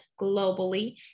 globally